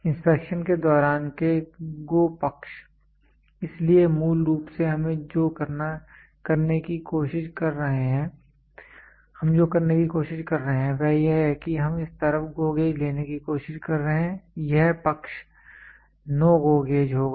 inspection के दौरान के GO पक्ष इसलिए मूल रूप से हम जो करने की कोशिश कर रहे हैं वह यह है कि हम इस तरफ GO गेज लेने की कोशिश कर रहे हैं यह पक्ष NO GO गेज होगा